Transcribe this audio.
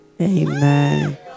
Amen